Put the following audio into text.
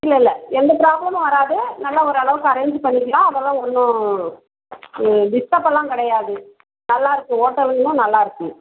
இல்லை இல்லை எந்த ப்ராப்ளமும் வராது நல்ல ஒரளவுக்கு அரேஞ்சு பண்ணிடலாம் அதெல்லாம் ஒன்றும் டிஸ்டர்ப் எல்லாம் கிடையாது நல்லாயிருக்கும் ஹோட்டல்லெலாம் நல்லாயிருக்கும்